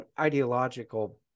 ideological